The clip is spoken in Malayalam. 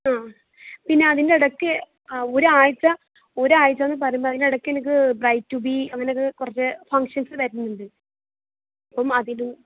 ആ പിന്നെ അതിൻ്റെ ഇടയ്ക്ക് ആ ഒരാഴ്ച ഒരാഴ്ച എന്ന് പറയുമ്പോൾ അതിനിടയ്ക്ക് എനിക്ക് ബ്രൈഡ് ടു ബി അങ്ങനെ ഒക്കെ കുറച്ച് ഫംഗ്ഷൻസ് വരുന്നുണ്ട് അപ്പം അതിനും